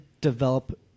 develop